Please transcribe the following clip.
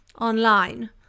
online